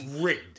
rigged